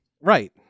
Right